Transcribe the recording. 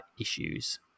issues